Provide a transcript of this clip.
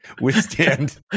withstand